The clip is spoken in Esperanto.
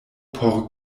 por